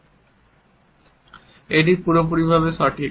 এবং এটি পুরোপুরি ভাবে সঠিক